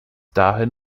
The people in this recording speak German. dahin